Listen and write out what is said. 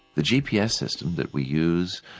the gps system that we use.